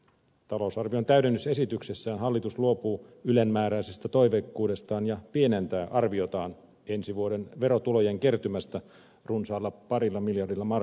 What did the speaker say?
talousarvion täydennysesityksessään hallitus luopuu ylenmääräisestä toiveikkuudestaan ja pienentää arviotaan ensi vuoden verotulojen kertymästä runsaalla parilla miljardilla eurolla